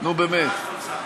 נו, באמת.